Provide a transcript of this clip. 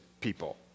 people